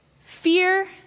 Fear